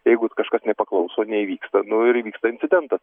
jeigu kažkas nepaklauso neįvyksta nu ir įvyksta incidentas